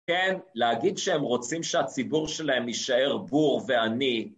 כן, להגיד שהם רוצים שהציבור שלהם יישאר בור ועני.